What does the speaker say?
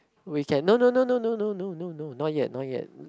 we can no no no no no no no not yet not yet